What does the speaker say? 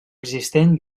existent